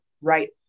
right